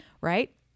right